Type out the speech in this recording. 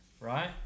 right